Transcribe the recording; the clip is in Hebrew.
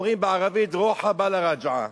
אומרים בערבית "רוחה בלא רג'עה",